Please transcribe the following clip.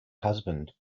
husband